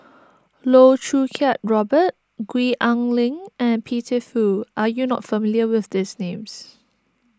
Loh Choo Kiat Robert Gwee Ah Leng and Peter Fu are you not familiar with these names